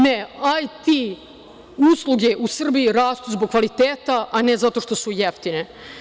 Ne, IT usluge u Srbiji rastu zbog kvaliteta, a ne zato što su jeftine.